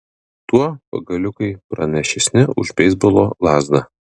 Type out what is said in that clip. tuo pagaliukai pranašesni už beisbolo lazdą